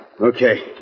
Okay